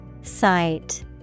Sight